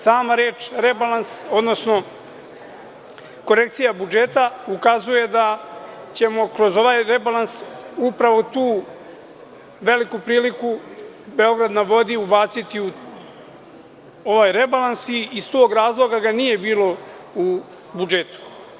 Sama reč rebalans, odnosno korekcija budžeta ukazuje da ćemo kroz ovaj rebalans upravo tu veliku priliku „Beograd na vodi“ ubaciti u ovaj rebalans i iz tog razloga ga nije bilo u budžetu.